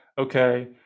okay